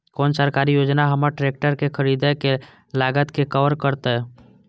कोन सरकारी योजना हमर ट्रेकटर के खरीदय के लागत के कवर करतय?